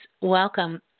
welcome